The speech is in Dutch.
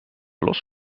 los